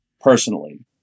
personally